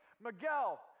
Miguel